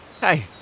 Hey